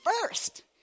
first